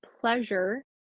pleasure